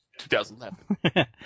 2011